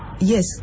yes